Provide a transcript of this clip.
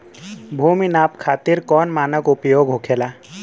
भूमि नाप खातिर कौन मानक उपयोग होखेला?